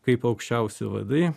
kaip aukščiausi vadai